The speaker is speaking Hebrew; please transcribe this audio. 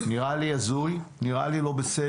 נראה לי הזוי, נראה לי לא בסדר.